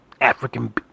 African